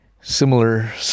Similar